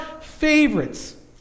favorites